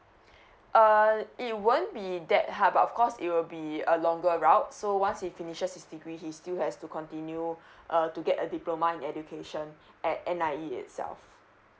err it won't be that hard but of course it will be a longer route so once he finishes his degree he still has to continue uh to get a diploma in education at N_I_E itself